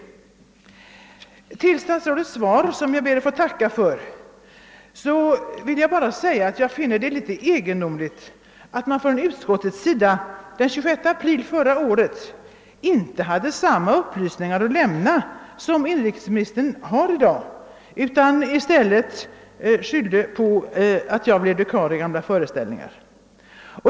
Med anledning av statsrådets svar, som jag ber att få tacka för, vill jag vidare säga att jag finner det egendomligt att utskottet den 26 april förra året inte kunde lämna den upplysning som inrikesministern i dag har lämnat utan i stället angav andra motiv.